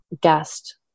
guest